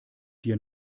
dir